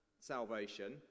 salvation